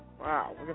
Wow